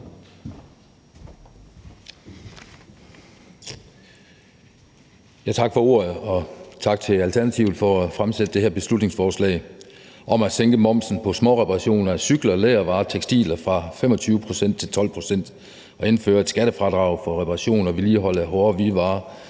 Tak for ordet, og tak til Alternativet for at fremsætte det her beslutningsforslag om at sænke momsen på småreparationer af cykler, lædervarer og tekstiler fra 25 pct. til 12 pct. og indføre et skattefradrag for reparation og vedligehold af hårde hvidevarer